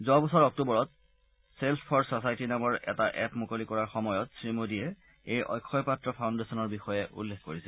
যোৱা বছৰ অক্টোবৰত ছেল্ফ ফৰ ছচাইটী নামৰ এটা এপ মুকলি কৰাৰ সময়ত শ্ৰীমোডীয়ে এই অক্ষয় পাত্ৰ ফাউণ্ডেচনৰ বিষয়ে উল্লেখ কৰিছিল